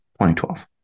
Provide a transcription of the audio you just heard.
2012